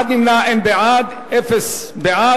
אחד נמנע, אפס בעד.